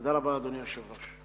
תודה רבה, אדוני היושב-ראש.